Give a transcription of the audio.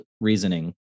reasoning